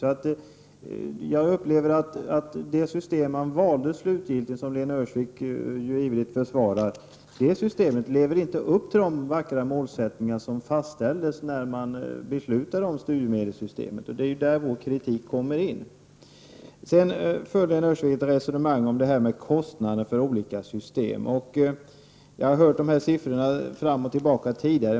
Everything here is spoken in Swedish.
Det system som man slutligen valde, och som Lena Öhrsvik ivrigt försvarar, lever inte upp till de vackra målsättningar som fastställdes när man beslutade om studiemedelssystemet. Det är där vår kritik kommer in i bilden. Lena Öhrsvik förde ett resonemang om kostnaderna för olika system. Jag har tidigare hört de här siffrorna diskuteras fram och tillbaka.